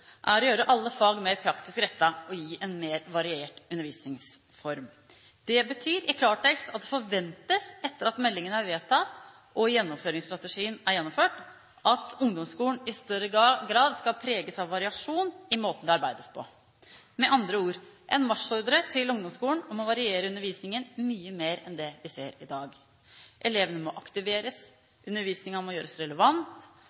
er å gjøre alle fag mer pratisk rettet og gi en mer variert undervisningsform. Det betyr i klartekst at det forventes, etter at meldingen er vedtatt og gjennomføringsstrategien gjennomført, at det i ungdomsskolen i større grad skal preges av variasjon i måten det arbeides på. Med andre ord: en marsjordre til ungdomsskolen om å variere undervisningen mye mer enn det vi ser i dag. Elevene må